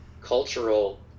cultural